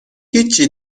هیچی